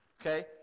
Okay